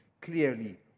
clearly